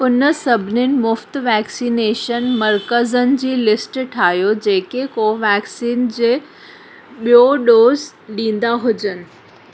उन सभिनीनि मुफ़्ति वैक्सीनेशन मर्कज़नि जी लिस्ट ठाहियो जेके कोवेक्सीन जे बि॒यो डोज़ ॾींदा हुजनि